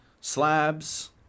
slabs